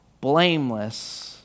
blameless